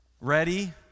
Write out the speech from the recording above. Ready